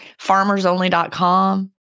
farmersonly.com